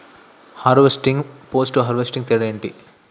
Harvesting, post harvesting తేడా ఏంటి?